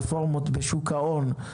רפורמות בשוק ההון,